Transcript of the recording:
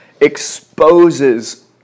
exposes